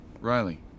Riley